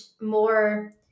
more